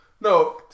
No